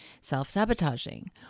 Self-sabotaging